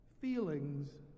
feelings